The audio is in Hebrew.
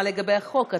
רק מה לגבי החוק?